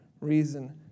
reason